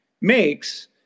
makes